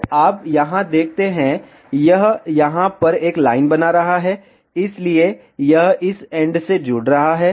तो आप यहाँ देखते हैं यह यहाँ पर एक लाइन बना रहा है इसलिए यह इस एंड से जुड़ रहा है